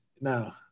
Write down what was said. no